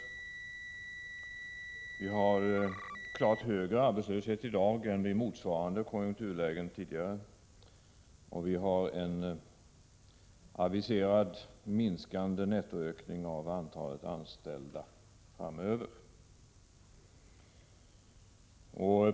Vi har klart högre arbetslöshet i dag än vid motsvarande konjunkturlägen tidigare, och vi har en aviserad minskning av nettoökningen av antalet anställda framöver.